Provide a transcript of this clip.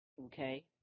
Okay